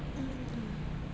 mm mm mm